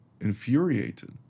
infuriated